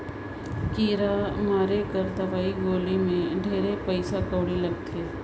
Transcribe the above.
कीरा मारे कर दवई गोली मे ढेरे पइसा कउड़ी लगथे